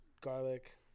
garlic